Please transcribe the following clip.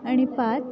आणि पाच